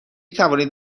توانید